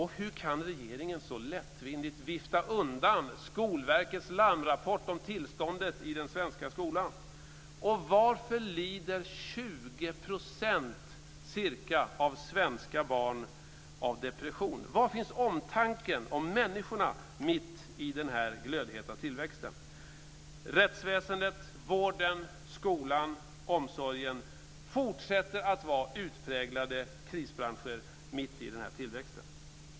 Hur kan regeringen så lättvindigt vifta undan Skolverkets larmrapport om tillståndet i den svenska skolan? Varför lider ca 20 % av de svenska barnen av depression? Var finns omtanken om människorna mitt i den här glödheta tillväxten? Rättsväsendet, vården, skolan och omsorgen fortsätter att vara utpräglade krisbranscher mitt i den här tillväxten.